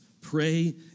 pray